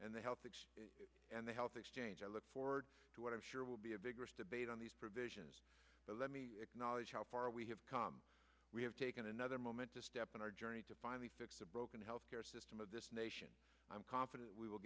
and the health and the health exchange i look forward to what i'm sure will be a vigorous debate on these provisions but let me acknowledge how far we have come we have taken another momentous step in our journey to finally fix a broken health care system of this nation i'm confident we will